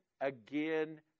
again